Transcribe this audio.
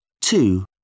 Two